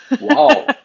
Wow